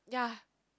yea